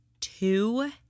two